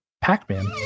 Pac-Man